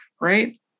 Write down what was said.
Right